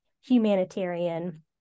humanitarian